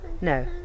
No